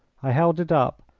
i held it up,